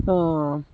ಆ